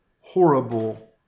horrible